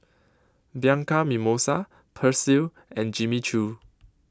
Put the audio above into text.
Bianco Mimosa Persil and Jimmy Choo